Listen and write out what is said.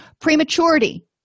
Prematurity